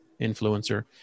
influencer